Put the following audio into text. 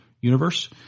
Universe